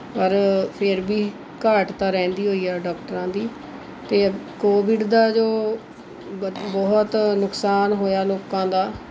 ਪਰ ਫੇਰ ਵੀ ਘਾਟ ਤਾਂ ਰਹਿੰਦੀ ਉਹ ਹੀ ਹੈ ਡਾਕਟਰਾਂ ਦੀ ਅਤੇ ਕੋਵਿਡ ਦਾ ਜੋ ਬਹੁਤ ਨੁਕਸਾਨ ਹੋਇਆ ਲੋਕਾਂ ਦਾ